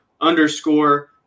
underscore